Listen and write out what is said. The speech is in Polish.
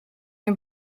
nie